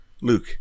Luke